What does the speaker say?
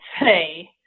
say